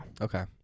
Okay